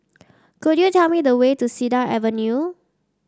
could you tell me the way to Cedar Avenue